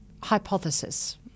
hypothesis